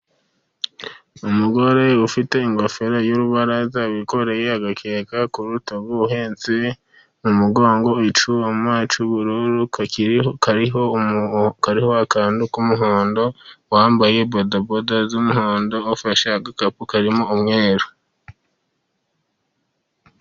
Umugore ufite ingofero y'urubaraza, wikoreye agakeka ku rutugu, uhetse mu mugongo icyuma cy'ubururu kariho akantu k'umuhondo, wambaye bodaboda z'umuhondo afashe agakapu karimo umweru.